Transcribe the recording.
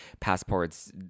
passports